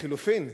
לחלופין,